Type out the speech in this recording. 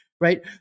right